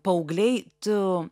paaugliai tu